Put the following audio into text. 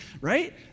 right